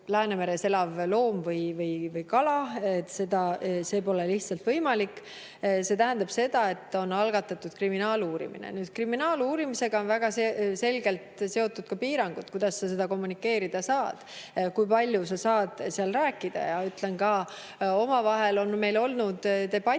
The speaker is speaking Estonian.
elav loom või kala, see pole lihtsalt võimalik. Seetõttu on algatatud kriminaaluurimine. Kriminaaluurimisega on väga selgelt seotud ka piirangud, kuidas seda kommunikeerida saab, kui palju saab sellest rääkida. Ütlen ka, et omavahel on meil olnud debatte